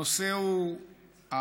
הנושא הוא המעורבות,